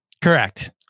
Correct